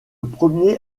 premier